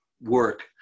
work